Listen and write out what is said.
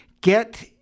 get